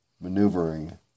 Maneuvering